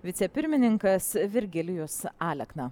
vicepirmininkas virgilijus alekna